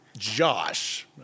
Josh